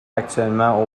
actuellement